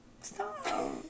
Stop